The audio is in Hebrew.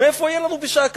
מאיפה יהיה לנו בשעה כזאת,